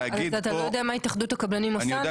להגיד פה --- אז אתה לא יודע מה התאחדות הקבלנים עושה,